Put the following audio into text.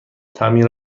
تعمیر